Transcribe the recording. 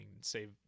save